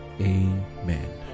Amen